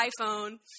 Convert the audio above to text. iPhone